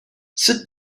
sit